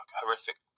horrific